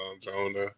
Jonah